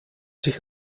sich